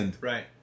Right